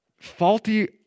faulty